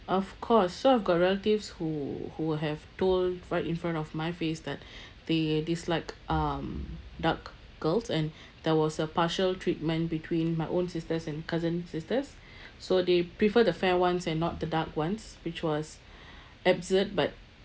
of course so I've got relatives who who will have told right in front of my face that they dislike um dark girls and there was a partial treatment between my own sisters and cousin sisters so they prefer the fair ones and not the dark ones which was absurd but